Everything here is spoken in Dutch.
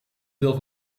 deel